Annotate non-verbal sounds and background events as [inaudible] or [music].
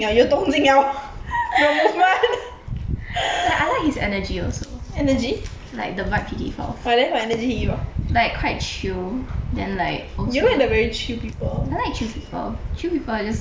[laughs] like I like his energy also like the vibe he give off like quite chill then like also I like chill people chill people are just like oh